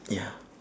ya